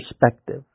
perspective